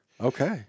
Okay